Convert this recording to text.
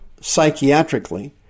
psychiatrically